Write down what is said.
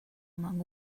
among